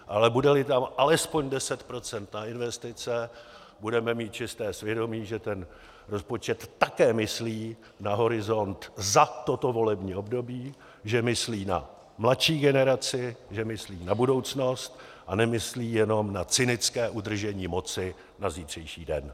Ale budeli tam alespoň 10 % na investice, budeme mít čisté svědomí, že ten rozpočet také myslí na horizont za toto volební období, že myslí na mladší generaci, že myslí na budoucnost a nemyslí jenom na cynické udržení moci, na zítřejší den.